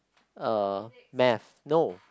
uh math no